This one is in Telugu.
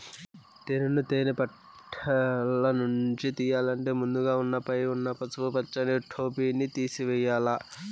తేనెను తేనె పెట్టలనుంచి తియ్యల్లంటే ముందుగ పైన ఉన్న పసుపు పచ్చని టోపిని తేసివేయల్ల